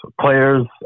players